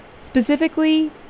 Specifically